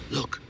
Look